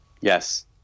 yes